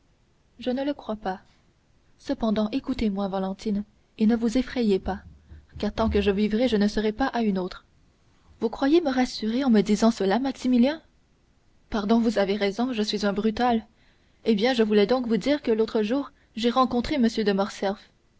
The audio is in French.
je ne le crois pas cependant écoutez-moi valentine et ne vous effrayez pas car tant que je vivrai je ne serai pas à une autre vous croyez me rassurer en me disant cela maximilien pardon vous avez raison je suis un brutal eh bien je voulais donc vous dire que l'autre jour j'ai rencontré m de morcerf